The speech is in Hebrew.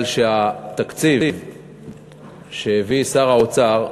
כי התקציב שהביא שר האוצר לממשלה,